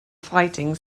fighting